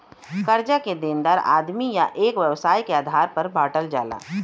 कर्जा के देनदार आदमी या एक व्यवसाय के आधार पर बांटल जाला